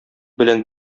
белән